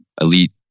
elite